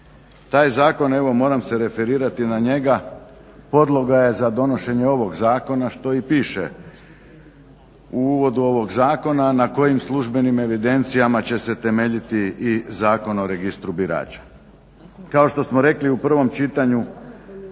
Taj zakon, evo moram se referirati na njega, podloga je za donošenje ovog zakona što i piše u uvodu ovog zakona, a na kojim službenim evidencijama će se temeljiti i Zakon o Registru birača. Kao što smo rekli u prvom čitanju